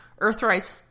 Earthrise